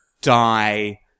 die